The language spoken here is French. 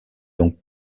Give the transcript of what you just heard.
donc